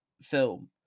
film